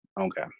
Okay